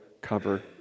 cover